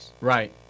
Right